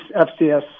FCS